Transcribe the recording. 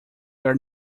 are